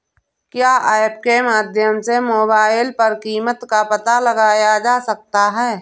क्या ऐप के माध्यम से मोबाइल पर कीमत का पता लगाया जा सकता है?